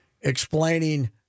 explaining